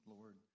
Lord